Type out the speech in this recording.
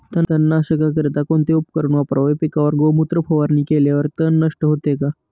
तणनाशकाकरिता कोणते उपकरण वापरावे? पिकावर गोमूत्र फवारणी केल्यावर तण नष्ट होते का?